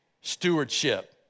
stewardship